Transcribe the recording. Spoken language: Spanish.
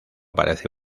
parece